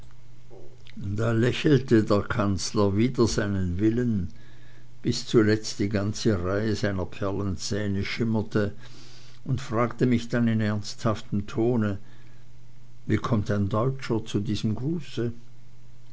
da lächelte der kanzler wider seinen willen bis zuletzt die ganze reihe seiner perlenzähne schimmerte und fragte mich dann in ernsthaftem tone wie kommt ein deutscher zu diesem gruße